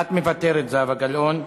את מוותרת, זהבה גלאון.